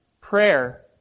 Prayer